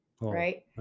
Right